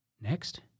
Next